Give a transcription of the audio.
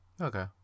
Okay